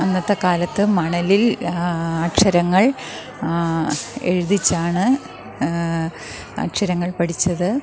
അന്നത്തെ കാലത്ത് മണലില് അക്ഷരങ്ങള് എഴുതിച്ചാണ് അക്ഷരങ്ങള് പഠിച്ചത്